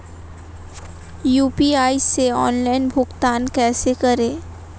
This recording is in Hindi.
यू.पी.आई से ऑनलाइन भुगतान कैसे करें?